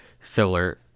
similar